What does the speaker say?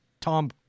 Tom